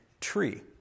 tree